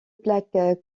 plaque